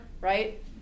right